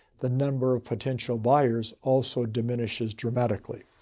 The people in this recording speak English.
the number of potential buyers also diminishes dramatically.